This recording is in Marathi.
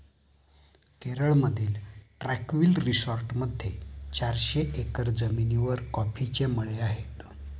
केरळमधील ट्रँक्विल रिसॉर्टमध्ये चारशे एकर जमिनीवर कॉफीचे मळे आहेत